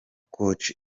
koch